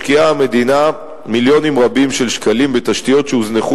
משקיעה המדינה מיליונים רבים של שקלים בתשתיות שהוזנחו